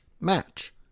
match